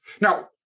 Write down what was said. Now